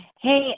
Hey